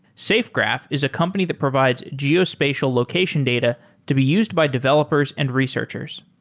safegraph is a company that provides geospatial location data to be used by developers and researchers.